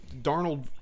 Darnold